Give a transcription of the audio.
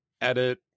edit